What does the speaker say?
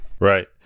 Right